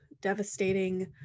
devastating